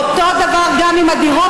אותו דבר גם עם הדירות,